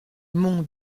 mon